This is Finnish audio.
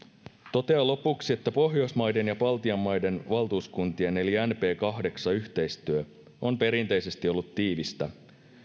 totean lopuksi että pohjoismaiden ja baltian maiden valtuuskuntien eli nb kahdeksan yhteistyö on perinteisesti ollut tiivistä